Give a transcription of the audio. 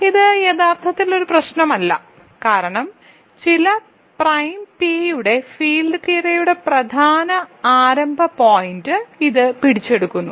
ഇത് യഥാർത്ഥത്തിൽ ഒരു പ്രശ്നമല്ല കാരണം ചില പ്രൈം പി യുടെ ഫീൽഡ് തിയറിയുടെ പ്രധാന ആരംഭ പോയിന്റ് ഇത് പിടിച്ചെടുക്കുന്നു